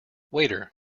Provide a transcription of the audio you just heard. waiter